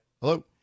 hello